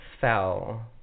fell